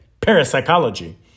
parapsychology